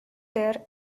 their